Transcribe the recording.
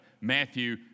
Matthew